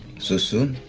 so soon?